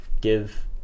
give